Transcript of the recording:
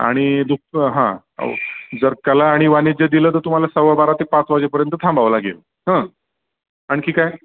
आणि दुख हा जर कला आणि वाणिज्य दिलं तर तुम्हाला सव्वा बारा ते पाच वाजेपर्यंत थांबावं लागेल हं आणखी काय